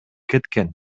кеткен